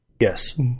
Yes